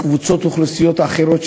עם קבוצות אוכלוסייה אחרות,